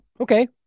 Okay